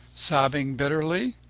sobbing bitterly.